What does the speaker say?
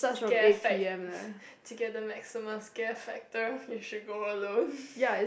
scare fact to get the maximum scare factor you should go alone